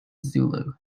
zulu